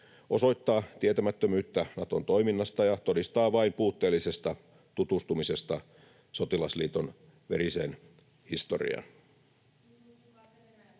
osoittaa tietämättömyyttä Naton toiminnasta ja todistaa vain puutteellisesta tutustumisesta sotilasliiton veriseen historiaan.